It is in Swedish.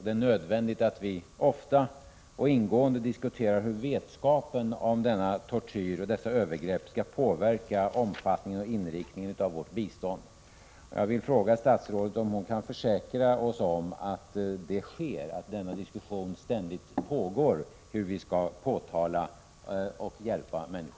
Det är nödvändigt att vi ofta och ingående diskuterar hur vetskapen om denna tortyr och dessa övergrepp skall påverka omfattningen och inriktningen av vårt bistånd.